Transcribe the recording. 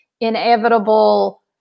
inevitable